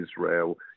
Israel